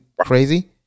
Crazy